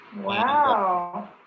Wow